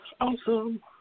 Awesome